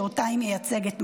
שאותה היא מייצגת,